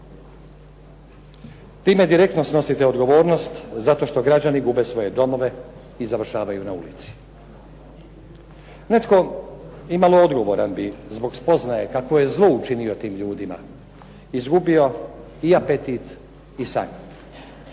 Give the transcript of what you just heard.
Time direktno snosite odgovornost zato što građani gube svoje domove i završavaju na ulici. Netko imalo odgovoran bi zbog spoznaje kako je zlo učinio tim ljudima izgubio i apetit i san.